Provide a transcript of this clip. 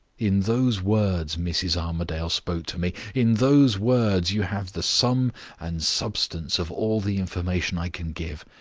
in those words mrs. armadale spoke to me in those words you have the sum and substance of all the information i can give.